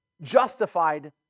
justified